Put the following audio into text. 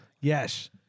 Yes